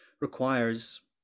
requires